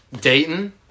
Dayton